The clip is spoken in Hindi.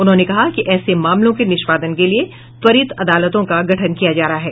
उन्होंने कहा कि ऐसे मामलों के निष्पादन के लिए त्वरित अदालतों का गठन किया जा रहा है